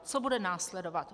Co bude následovat?